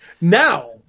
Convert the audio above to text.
Now